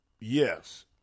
yes